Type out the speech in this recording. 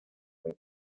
seis